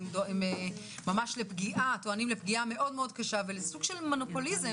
טוענים לפגיעה קשה מאוד ולסוג של מונופוליזם